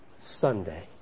Sunday